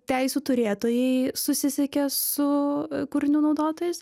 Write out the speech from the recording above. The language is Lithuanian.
teisių turėtojai susisiekia su kūrinio naudotojais